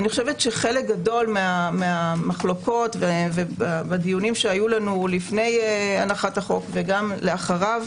חלק גדול מהמחלוקות בדיונים שהיו לנו לפני הנחת החוק וגם לאחריו,